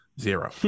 Zero